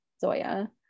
Zoya